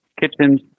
Kitchens